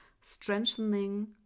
strengthening